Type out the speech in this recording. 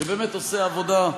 ראש עיר שבאמת עושה עבודה,